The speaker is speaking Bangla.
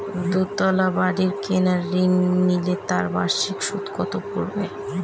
দুতলা বাড়ী কেনার ঋণ নিলে তার বার্ষিক সুদ কত পড়বে?